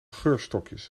geurstokjes